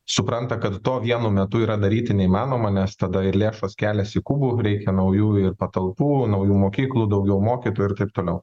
supranta kad to vienu metu yra daryti neįmanoma nes tada ir lėšos kelias kubu reikia naujų ir patalpų naujų mokyklų daugiau mokytojų ir taip toliau